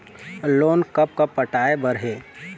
Loan कब कब पटाए बर हे?